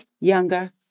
younger